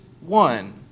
one